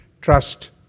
trust